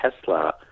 Tesla